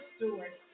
Stewart